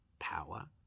Power